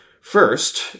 First